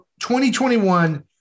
2021